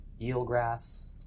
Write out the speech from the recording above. eelgrass